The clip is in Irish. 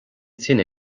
tine